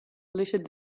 littered